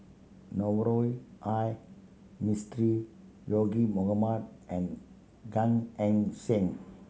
Navroji R Mistri Zaqy Mohamad and Gan Eng Seng